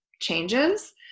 changes